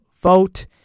vote